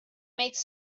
makes